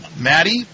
Maddie